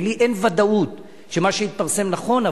ולי אין ודאות שמה שהתפרסם נכון,